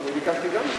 אני ביקשתי גם לדבר.